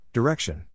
Direction